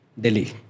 Delhi